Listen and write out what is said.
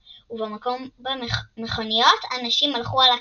ובמקום מכוניות אנשים הלכו על הכבישים.